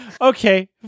Okay